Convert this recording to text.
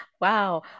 Wow